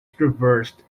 traversed